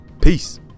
Peace